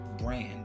brand